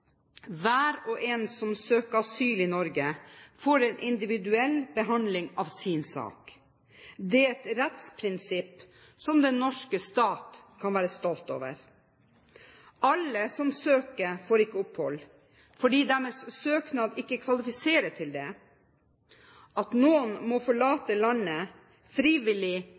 Hver og en som søker asyl i Norge, får en individuell behandling av sin sak. Det er et rettsprinsipp som den norske stat kan være stolt over. Alle som søker, får ikke opphold, fordi deres søknad ikke kvalifiserer til det. At noen må forlate landet frivillig